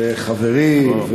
חברי,